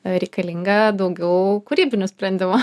reikalinga daugiau kūrybinių sprendimų